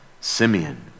Simeon